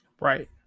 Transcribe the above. Right